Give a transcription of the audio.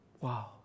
wow